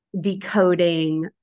decoding